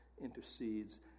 intercedes